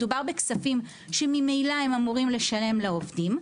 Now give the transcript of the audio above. מדובר בכספים שממילא הם אמורים לשלם לעובדים.